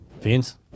fiends